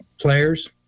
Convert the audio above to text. players